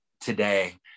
today